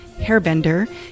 Hairbender